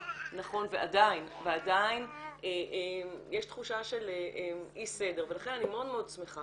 ועדיין יש תחושה של אי סדר, לכן אני מאוד שמחה